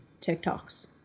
tiktoks